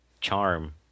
charm